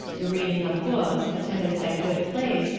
the reading of books, attendance at good plays,